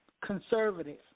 conservative